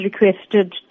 requested